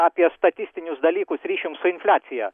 apie statistinius dalykus ryšium su infliacija